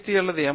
D அல்லது M